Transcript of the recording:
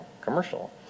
commercial